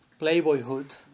playboyhood